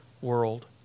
world